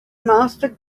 master